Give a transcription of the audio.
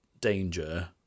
danger